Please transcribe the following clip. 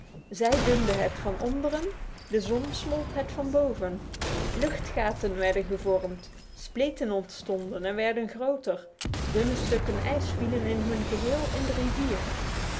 zij dunde het van onderen de zon smolt het van boven luchtgaten werden gevormd spleten ontstonden en werden groter dunne stukken ijs vielen in hun geheel in de rivier